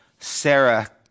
Sarah